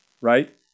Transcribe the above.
right